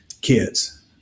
kids